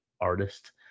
artist